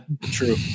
True